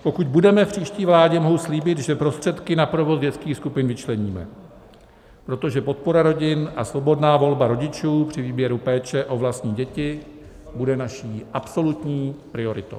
Pokud budeme v příští vládě, mohu slíbit, že prostředky na provoz dětských skupin vyčleníme, protože podpora rodin a svobodná volba rodičů při výběru péče o vlastní děti bude naší absolutní prioritou.